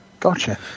Gotcha